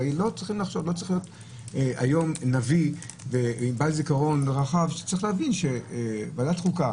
הרי היום לא צריך להיות נביא ובעל זיכרון רחב בשביל להבין שוועדת החוקה,